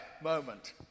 moment